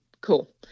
Cool